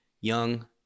young